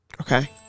Okay